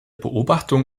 beobachtung